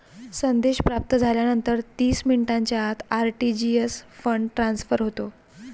संदेश प्राप्त झाल्यानंतर तीस मिनिटांच्या आत आर.टी.जी.एस फंड ट्रान्सफर होते